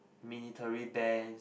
military bands